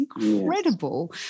incredible